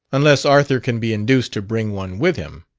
unless arthur can be induced to bring one with him.